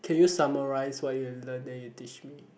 can you summarize what you have learn then you teach me